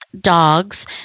dogs